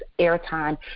airtime